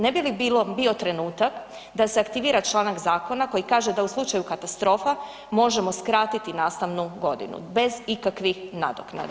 Ne bi li bio trenutak da se aktivira članak zakona koji kaže da u slučaju katastrofa, možemo skratiti nastavnu godinu bez ikakvih nadoknada?